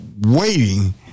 waiting